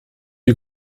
wie